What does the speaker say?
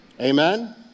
Amen